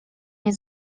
nie